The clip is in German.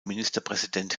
ministerpräsident